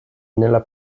nella